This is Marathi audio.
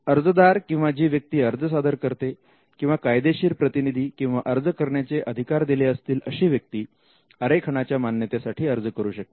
अर्जदार किंवा जी व्यक्ती अर्ज सादर करते किंवा कायदेशीर प्रतिनिधी किंवा अर्ज करण्याचे अधिकार दिले असतील अशी व्यक्ती आरेखनाच्या मान्यतेसाठी अर्ज करू शकते